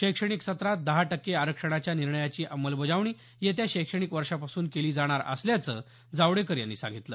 शैक्षणिक सत्रात दहा टक्के आरक्षणाच्या निर्णयाची अंमलबजावणी येत्या शैक्षणिक वर्षापासून केली जाणार असल्याचं जावडेकर यांनी सांगितलं